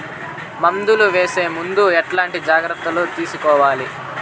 మందులు వేసే ముందు ఎట్లాంటి జాగ్రత్తలు తీసుకోవాలి?